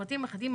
המפרטים האחידים,